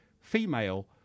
female